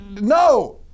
No